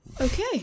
Okay